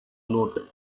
note